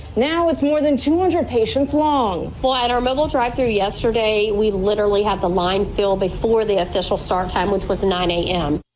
now it's more than two hundred patients long. well, at our mobile drive-through yesterday, we literally had the line filled before the official start time, which was nine zero a m.